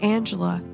Angela